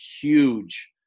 huge